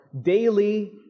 daily